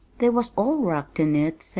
they was all rocked in it,